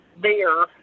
beer